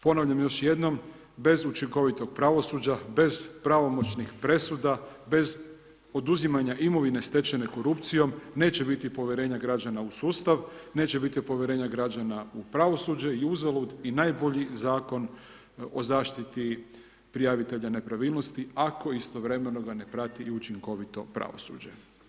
Ponavljam još jednom, bez učinkovitog pravosuđa, bez učinkovitog pravosuđa, bez pravomoćnih presuda, bez oduzimanja imovine stečene korupcijom neće biti povjerenja građana u sustav, neće biti povjerenja građana u pravosuđe i uzalud i najbolji Zakon o zaštiti prijavitelja nepravilnosti ako istovremeno ga ne prati i učinkovito pravosuđe.